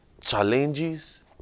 Challenges